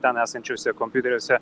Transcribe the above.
ten esančiuose kompiuteriuose